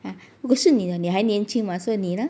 不顾你的你还年轻吗所以你呢